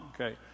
okay